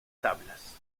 tablas